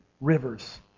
rivers